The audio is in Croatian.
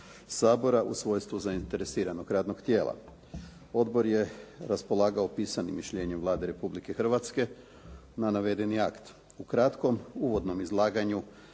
sabora u svojstvu zainteresiranog radnog tijela. Odbor je raspolagao pisanim mišljenjem Vlade Republike Hrvatske na navedeni akt. U kratkom uvodnom izlaganju